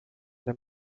the